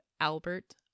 Albert